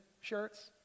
shirts